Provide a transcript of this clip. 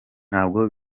ntabwo